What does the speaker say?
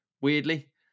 weirdly